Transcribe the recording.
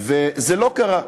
וזה לא קרה.